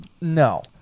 No